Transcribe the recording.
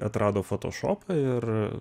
atrado fotošopą ir